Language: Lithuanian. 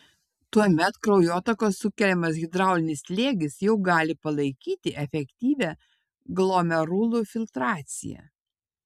tuomet kraujotakos sukeliamas hidraulinis slėgis jau gali palaikyti efektyvią glomerulų filtraciją